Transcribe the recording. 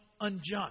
unjust